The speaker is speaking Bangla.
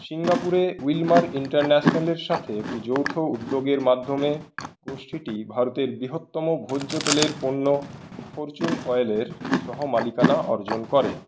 সিঙ্গাপুরে উইলমার ইন্টারন্যাশনালের সাথে একটি যৌথ উদ্যোগের মাধ্যমে গোষ্ঠীটি ভারতের বৃহত্তম ভোজ্য তেলের পণ্য ফর্চুন অয়েলের সহ মালিকানা অর্জন করে